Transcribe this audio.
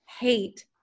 hate